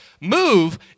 Move